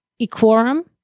equorum